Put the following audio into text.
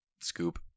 Scoop